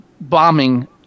bombing